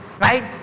Right